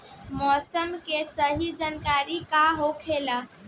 मौसम के सही जानकारी का होखेला?